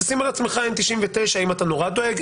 תשים על עצמך N99 אם אתה נורא דואג,